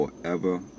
Forever